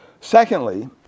Secondly